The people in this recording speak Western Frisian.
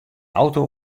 auto